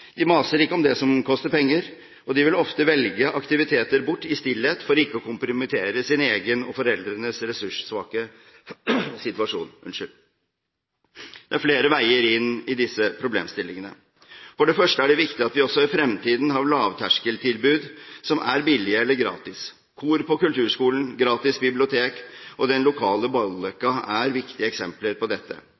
De maser ikke om det som koster penger, og de vil ofte velge aktiviteter bort i stillhet for ikke å kompromittere sin egen og foreldrenes ressurssvake situasjon. Det er flere veier inn i disse problemstillingene. For det første er det viktig at vi også i fremtiden har lavterskeltilbud som er billige eller gratis. Kor på kulturskolen, gratis bibliotek og den lokale balløkka er viktige eksempler på dette.